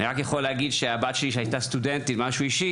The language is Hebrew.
אני רק יכול להגיד שכשהבת שלי הייתה סטודנטית משהו אישי